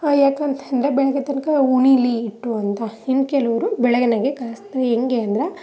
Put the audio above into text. ಯಾಕಂತ ಅಂದ್ರೆ ಬೆಳಗ್ಗೆ ತನಕ ಉಣಿಲಿ ಇಟ್ಟು ಅಂತ ಇನ್ನು ಕೆಲವರು ಬೆಳಗಿನಾಗೆ ಕಾಯಿಸ್ತಾ ಹೆಂಗೆ ಅಂದ್ರೆ